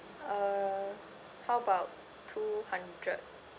uh how about two hundred